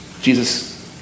Jesus